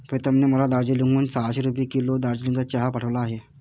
प्रीतमने मला दार्जिलिंग हून सहाशे रुपये किलो दार्जिलिंगचा चहा पाठवला आहे